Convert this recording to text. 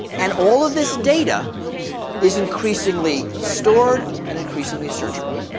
and all of this data is increasingly stored and increasingly searchable.